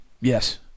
Yes